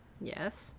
Yes